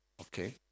Okay